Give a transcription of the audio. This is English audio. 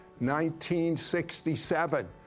1967